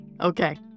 Okay